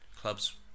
clubs